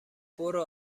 برو